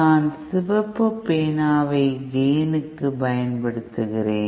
நான் சிவப்பு பேனாவை கெய்னுக்கு பயன்படுத்துகிறேன்